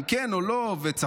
אם כן או לא וצפון.